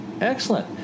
excellent